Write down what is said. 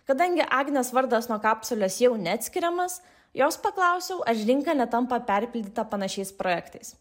kadangi agnės vardas nuo kapsulės jau neatskiriamas jos paklausiau ar rinka netampa perpildyta panašiais projektais